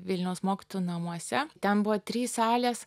vilniaus mokytojų namuose ten buvo trys salės